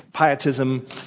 pietism